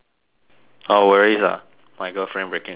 oh worries ah my girlfriend breaking up with me